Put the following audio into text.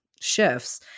shifts